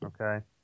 Okay